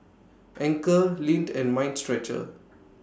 Anchor Lindt and Mind Stretcher